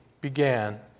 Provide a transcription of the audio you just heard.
began